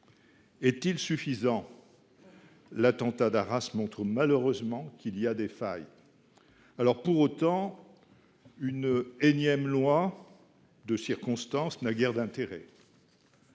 Est il suffisant ? L’attentat d’Arras montre malheureusement qu’il y a des failles. Pour autant, une énième loi de circonstance n’a guère d’intérêt.